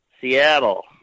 seattle